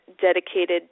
dedicated